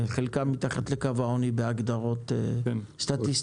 חלקם מתחת לקו העוני בהגדרות סטטיסטיות.